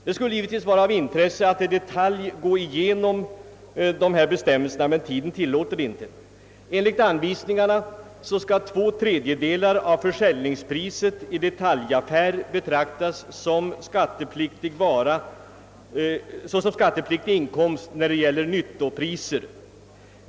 Det skulle givetvis vara av intresse att i detalj gå igenom bestämmelserna, men tiden tillåter det inte. Enligt anvisningarna skall två tredjedelar av försäljningsvärdet i detaljaffär betraktas såsom skattepliktig inkomst när det gäller nyttopriser.